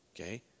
Okay